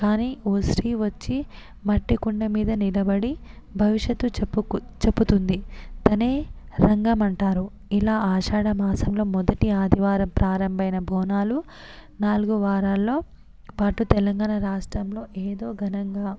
కానీ ఓ స్త్రీ వచ్చి మట్టి కుండ మీద నిలబడి భవిష్యత్తు చెప్పుకు చెపుతుంది తనే రంగం అంటారు ఇలా ఆషాడ మాసంలో మొదటి ఆదివారం ప్రారంభమైన బోనాలు నాలుగు వారాల్లో పాటు తెలంగాణ రాష్ట్రంలో ఏదో ఘనంగా